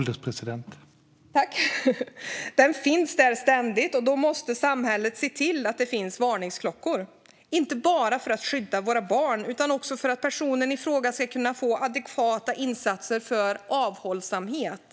Den finns ständigt där, och då måste samhället se till att det finns varningsklockor, inte bara för att skydda våra barn utan också för att personen i fråga ska kunna få adekvata insatser för avhållsamhet.